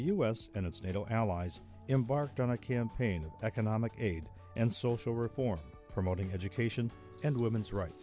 s and its nato allies embarked on a campaign of economic aid and social reforms promoting education and women's rights